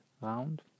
round